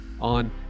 on